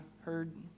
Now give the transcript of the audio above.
heard